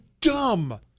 dumb